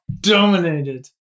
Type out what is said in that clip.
Dominated